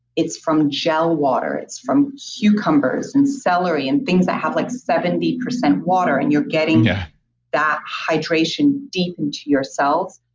it's from gel water. it's from cucumbers and celery and things that have like seventy percent water and you're getting yeah that hydration deep into your cells,